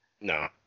No